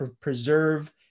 preserve